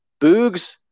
Boogs